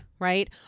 Right